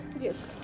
Yes